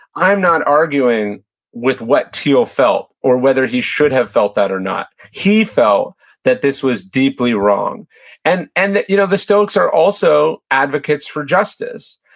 i'm not arguing with what thiel felt or whether he should have felt that or not. he felt that this was deeply wrong and and you know the stoics are also advocates for justice,